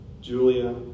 Julia